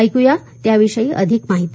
ऐकूया त्याविषयी अधिक माहिती